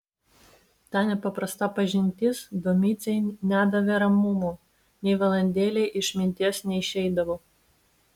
ta nepaprasta pažintis domicei nedavė ramumo nei valandėlei iš minties neišeidavo